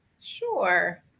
Sure